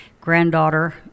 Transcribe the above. granddaughter